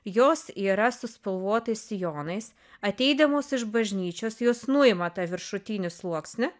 jos yra su spalvotais sijonais ateidamos iš bažnyčios jos nuima tą viršutinį sluoksnį